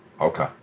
Okay